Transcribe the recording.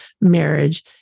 marriage